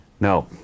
No